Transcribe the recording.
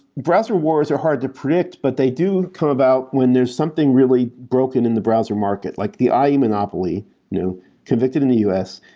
browser wars are hard to predict, but they do come about when there's something really broken in the browser market like the eye in monopoly convicted in the us.